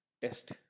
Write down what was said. test